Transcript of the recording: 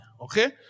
okay